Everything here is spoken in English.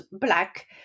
black